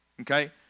okay